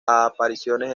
apariciones